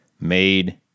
made